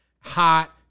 Hot